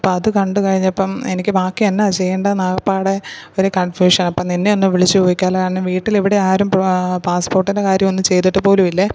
അപ്പോൾ അത് കണ്ടു കഴിഞ്ഞപ്പം എനിക്ക് ബാക്കി എന്നാ ചെയ്യേണ്ടേ എന്ന് ആകപ്പാടെ ഒരു കൺഫ്യൂഷ്യൻ അപ്പോൾ നിന്നെ ഒന്ന് വിളിച്ചു ചോദിക്കാലോ കാരണം വീട്ടിൽ ഇവിടെ ആരും പാസ്സ്പോർട്ടിൻ്റെ കാര്യമൊന്നും ചെയ്തിട്ടു പോലുമില്ല